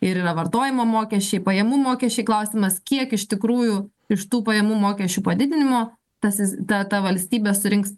ir yra vartojimo mokesčiai pajamų mokesčiai klausimas kiek iš tikrųjų iš tų pajamų mokesčių padidinimo tasis ta ta valstybė surinks